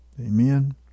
Amen